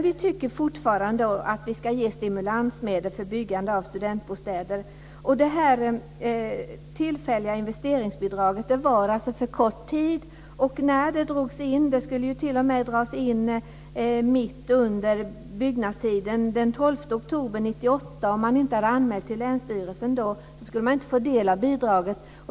Vi tycker fortfarande att vi ska ge stimulansbidrag för byggande av studentbostäder. Det här tillfälliga investeringsbidraget varade under för kort tid. Det skulle ju t.o.m. dras in mitt under byggnadstiden, den 12 oktober 1998. Om man inte hade anmält till länsstyrelsen då skulle man inte få del av bidraget.